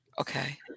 okay